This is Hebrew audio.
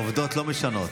העובדות לא משנות.